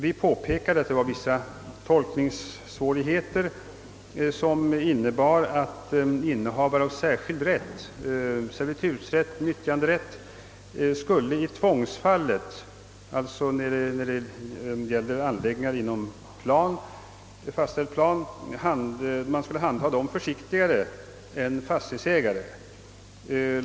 Vi påpekade att det fanns vissa tolkningssvårigheter, som innebar att innehavare av särskild rätt, såsom nyttjanderätt eller servitutsrätt, i tvångsfallet, d.v.s. när det gäller anläggningar inom fastställd plan, skulle behandlas försiktigare än fastighetsägare.